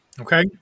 Okay